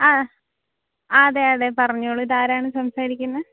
ആ ആ അതെയതെ പറഞ്ഞോളൂ ഇതാരാണ് സംസാരിക്കുന്നത്